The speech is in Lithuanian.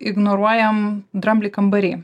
ignoruojam dramblį kambary